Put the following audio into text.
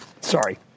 Sorry